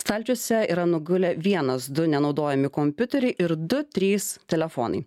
stalčiuose yra nugulę vienas du nenaudojami kompiuteriai ir du trys telefonai